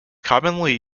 commonly